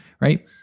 Right